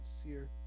sincere